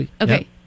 okay